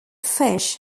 fish